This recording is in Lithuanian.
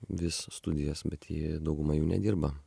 vis studijas bet jei dauguma jų nedirba